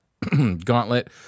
gauntlet